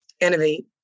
innovate